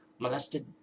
molested